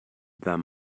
them